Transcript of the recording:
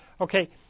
Okay